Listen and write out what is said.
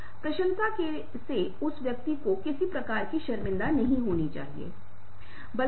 मैं आपके साथ शीघ्रता से साझा करूंगा कि कितनी पुस्तकों ने इसे परिभाषित किया है